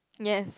yes